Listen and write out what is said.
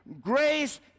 Grace